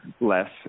less